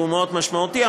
שהוא מאוד משמעותי,